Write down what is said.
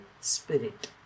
spirit